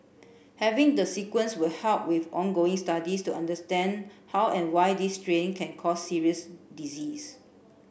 having the sequence will help with ongoing studies to understand how and why this strain can cause serious disease